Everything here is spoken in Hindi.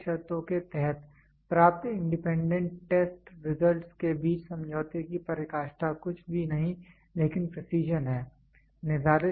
निर्धारित शर्तों के तहत प्राप्त इंडिपेंडेंट टेस्ट रिजल्ट्स के बीच समझौते की पराकाष्ठा कुछ भी नहीं है लेकिन प्रेसीजन है